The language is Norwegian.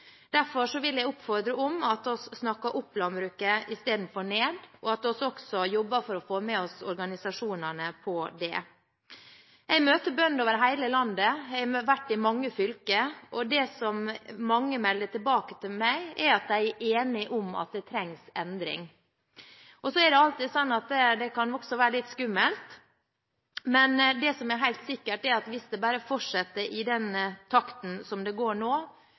vil jeg oppfordre til at vi snakker opp landbruket istedenfor ned, og at vi også jobber for å få med oss organisasjonene på det. Jeg møter bønder over hele landet – jeg har vært i mange fylker. Det mange melder tilbake til meg, er at de er enige i at det trengs endring. Så er det alltid sånn at det også kan være litt skummelt, men det som er helt sikkert, er at hvis det bare fortsetter i den takten som det går i nå,